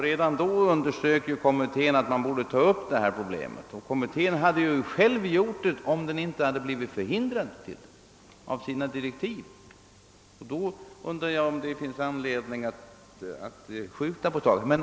Redan då underströk kommittén att detta problem borde tas upp. Kommittén skulle också själv ha gjort det om den inte varit förhindrad av sina direktiv. Då undrar jag om det finns anledning att nu ytterligare skjuta upp saken.